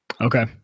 Okay